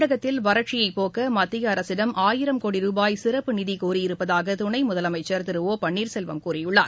தமிழகத்தில் வறட்சியைப் போக்குவதற்குமத்தியஅரசிடம் ஆயிரம் கோடி ரூபாய் சிறப்பு நிதிகோரியிருப்பதாகதுணைமுதலமைச்சர் திரு ஓ பன்னீர்செல்வம் கூறியுள்ளார்